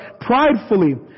pridefully